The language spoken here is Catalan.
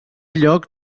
lloc